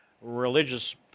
religious